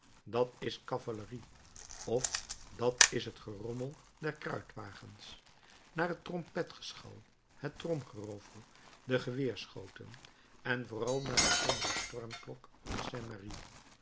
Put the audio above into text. dat is cavalerie of dat is t gerommel der kruitwagens naar het trompetgeschal het tromgeroffel de geweerschoten en vooral naar de sombere stormklok van saint merry